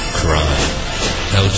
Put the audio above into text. crime